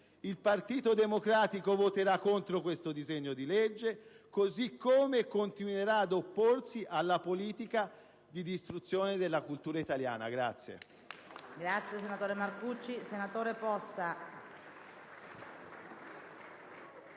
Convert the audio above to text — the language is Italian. Il Partito Democratico voterà contro questo disegno di legge, così come continuerà ad opporsi alla politica di distruzione della cultura italiana.